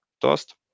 Toast